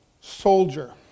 soldier